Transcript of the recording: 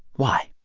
why?